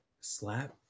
slap